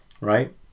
right